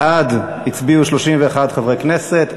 בעד הצביעו 31 חברי כנסת,